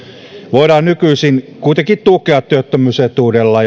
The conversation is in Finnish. voidaan nykyisin kuitenkin tukea työttömyysetuudella